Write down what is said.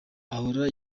ahora